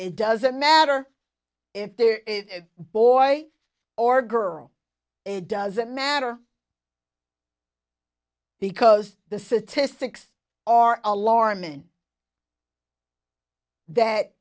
it doesn't matter if there is a boy or girl it doesn't matter because the city six are alarming that